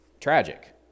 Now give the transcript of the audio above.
tragic